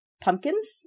pumpkins